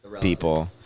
people